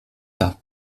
pas